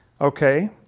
Okay